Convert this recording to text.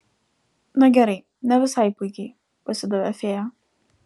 na gerai ne visai puikiai pasidavė fėja